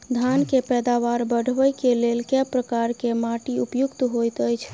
धान केँ पैदावार बढ़बई केँ लेल केँ प्रकार केँ माटि उपयुक्त होइत अछि?